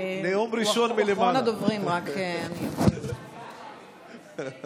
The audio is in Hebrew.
אחרון הדוברים, כנראה.